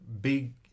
big